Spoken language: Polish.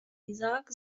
izaak